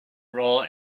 role